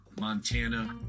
Montana